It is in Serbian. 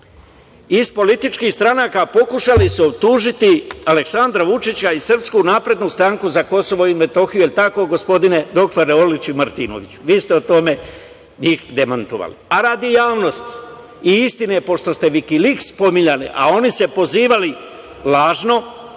iz političkih stranaka, pokušali su optužiti Aleksandra Vučića i SNS za Kosovo i Metohiju. Jel tako, gospodine doktore Orliću i Martinoviću? Vi ste u tome njih demantovali.A radi javnosti i istine, pošto ste Vikiliks pominjali, a oni se pozivali lažno,